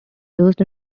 used